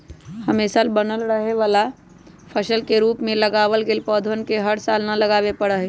हमेशा बनल रहे वाला फसल के रूप में लगावल गैल पौधवन के हर साल न लगावे पड़ा हई